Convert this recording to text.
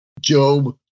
Job